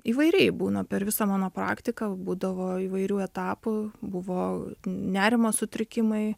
įvairiai būna per visą mano praktiką būdavo įvairių etapų buvo nerimo sutrikimai